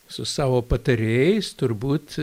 su savo patarėjais turbūt